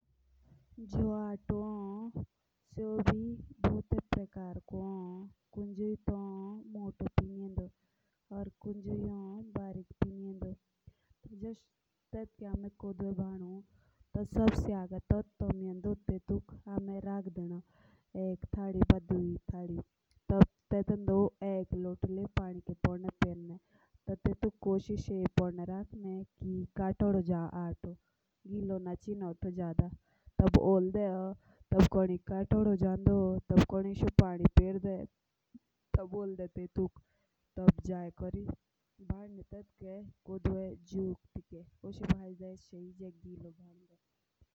जोश आतो हन तो सेवो मोटो भी होन या पतलो भी। एतो अलग-अलग अनाज होन जोसो गेहू को कुकड़ी को कोदो को या भी बोरी अनाज को जेटला एस्टेमल अलग-अलग पोकवन बदनोक करो।